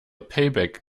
payback